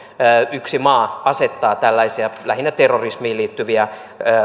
yksi maa asettaa tällaisia lähinnä terrorismiin liittyviä